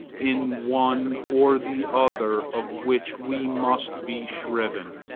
in one or the other of which we must be shriven.